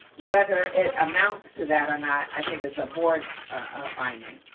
whether it amounts to that or not, i think it's the board's finding.